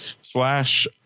slash